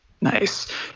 nice